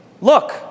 Look